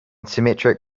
symmetric